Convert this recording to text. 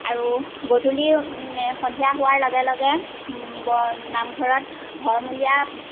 আৰু গধূলি সন্ধিয়া হোৱাৰ লগে লগে বৰ নামঘৰত ঘৰমূৰীয়া